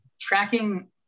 tracking